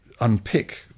unpick